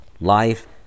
life